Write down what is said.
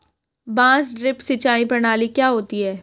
बांस ड्रिप सिंचाई प्रणाली क्या होती है?